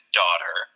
daughter